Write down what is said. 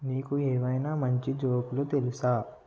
నీకు ఏవైనా మంచి జోకులు తెలుసా